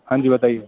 ہان جی بتائیے